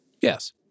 Yes